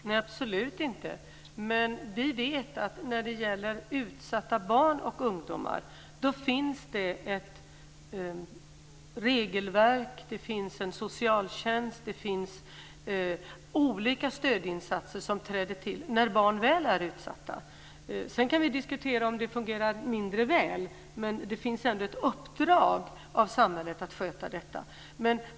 Fru talman! Absolut inte. Men vi vet att när det gäller utsatta barn och ungdomar finns det ett regelverk. Det finns socialtjänst och olika stödinsatser som träder till när barn är utsatta. Sedan kan vi diskutera om de fungerar mindre väl, men det finns ändå ett uppdrag för samhället att sköta detta.